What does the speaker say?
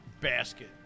basket